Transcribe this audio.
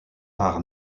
par